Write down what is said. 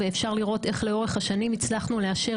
ואפשר לראות איך לאורך השנים הצלחנו לאשר